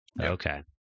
Okay